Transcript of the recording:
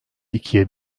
ikiye